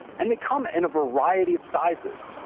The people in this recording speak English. and they come in a variety of sizes.